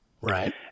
Right